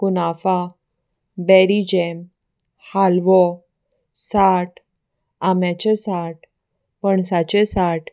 कुनाफा berry jam हालवो साठ आंब्याचें साठ पणसाचे साठ